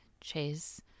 Chase